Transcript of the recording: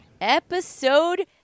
Episode